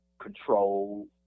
control